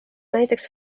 näiteks